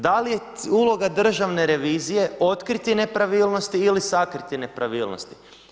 Da li je uloga državne revizije otkriti nepravilnosti ili sakriti nepravilnosti?